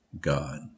God